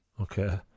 Okay